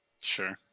Sure